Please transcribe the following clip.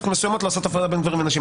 מסוימות לעשות הפרדה בין גברים לבין נשים.